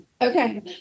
Okay